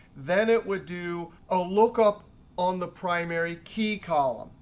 then it would do a lookup on the primary key column,